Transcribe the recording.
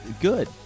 Good